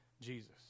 Jesus